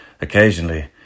Occasionally